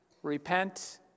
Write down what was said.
Repent